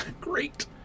great